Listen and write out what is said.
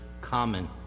common